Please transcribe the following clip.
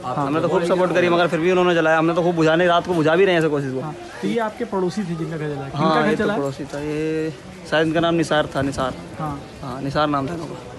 आप- हाँ, हमने तो तो वो खूब रह गया support पूरा। करी, मगर फिर भी उन्होंने जलाया। हमने तो खूब बुझाने, रात को बुझा भी रहे हैं ऐसे कोशिश को। हाँ, तो ये आपके पड़ोसी थे जिनका घर जला? किनका हाँ, घर ये तो जला? पड़ोसी था, ये शायद इनका नाम निसार था, निसार। हाँ। हाँ, निसार नाम था इनका।